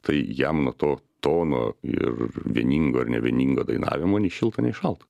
tai jam nuo to tono ir vieningo ar nevieningo dainavimo nei šilta nei šalta